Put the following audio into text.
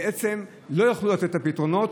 בעצם לא יוכלו לתת את הפתרונות,